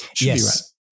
yes